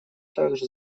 также